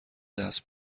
دست